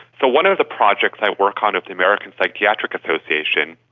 so one of the projects i work on at the american psychiatric association,